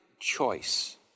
Choice